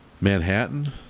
Manhattan